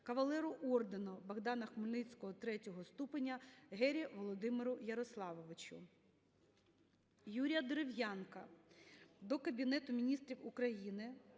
кавалеру ордену Богдана Хмельницького ІІІ ступеня Гері Володимиру Ярославовичу. Юрія Дерев'янка до Кабінету Міністрів України